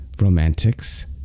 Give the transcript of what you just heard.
Romantics